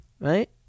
right